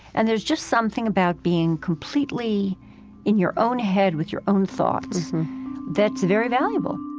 and there's just something about being completely in your own head with your own thoughts that's very valuable